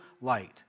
light